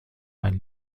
mein